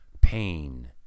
pain